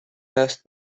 است